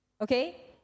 Okay